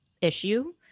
issue